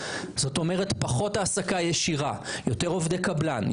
פחות העסקה ישירה ויותר עובדי קבלן,